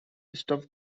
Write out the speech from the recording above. stuff